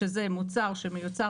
שזה מוצר שמיוצר